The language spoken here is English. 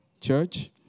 church